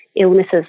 illnesses